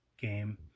game